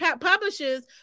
publishes